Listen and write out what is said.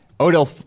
Odell